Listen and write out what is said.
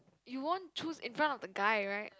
you won't choose in front of the guy right